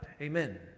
Amen